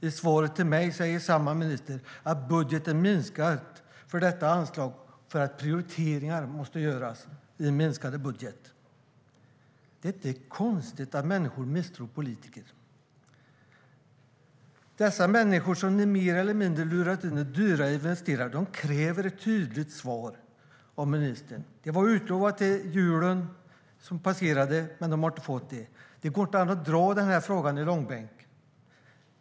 I svaret till mig säger samma minister att budgeten minskat för detta anslag eftersom prioriteringar måste göras i en minskad budget. Det är inte konstigt att människor misstror politiker. Dessa människor som ni mer eller mindre lurat in i dyra investeringar kräver ett tydligt svar av ministern. Det var utlovat till julen som passerade, men de har inte fått det. Det går inte an att dra den här frågan i långbänk.